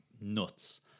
nuts